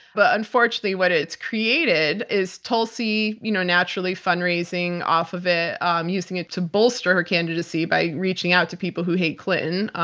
but unfortunately, what it's created is tulsi you know naturally fundraising off of it, um using it to bolster her candidacy by reaching out to people who hate clinton,